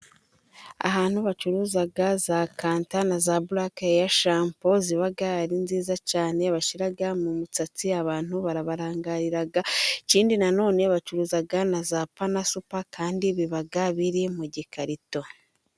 Ahantu bacuruza za kanta na za bulake heya shampo ziba ari nziza cyane bashyira mu misatsi abantu barabarangarira ikindi nanone bacuruza na za panasupa kandi biba biri mu gikarito.